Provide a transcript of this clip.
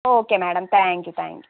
okay madam thank you thank you